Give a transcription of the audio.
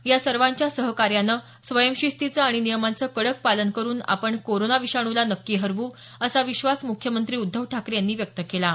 या सर्वांच्या सहकार्यानं स्वंयशिस्तीचं आणि नियमांचं कडक पालन करून आपण कोरोना विषाणूला नक्की हरवू असा विश्वास मुख्यमंत्री उद्धव ठाकरे यांनी व्यक्त केला आहे